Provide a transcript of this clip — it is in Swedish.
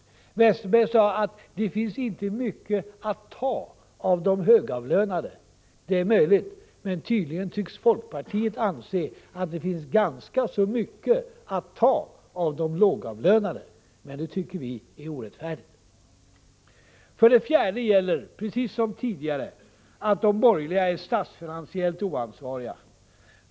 Westerberg sade att det inte finns mycket att ta av de högavlönade. Det är möjligt, men tydligen tycks folkpartiet anse att det finns ganska så mycket att ta av de lågavlönade. Men det tycker vi är orättfärdigt. För det fjärde gäller — precis som tidigare — att de borgerliga är statsfinansiellt oansvariga.